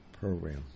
program